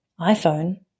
iPhone